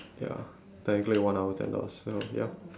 ya technically one hour ten dollars so ya